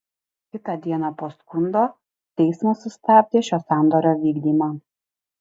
kitą dieną po skundo teismas sustabdė šio sandorio vykdymą